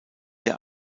der